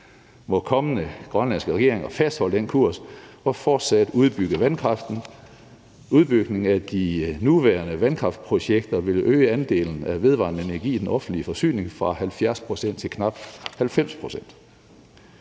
Må kommende grønlandske regeringer fastholde den kurs og fortsat udbygge vandkraften. Udbygningen af de nuværende vandkraftprojekter vil øge andelen af vedvarende energi i den offentlige forsyning fra 70 pct. til knap 90 pct.